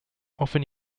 often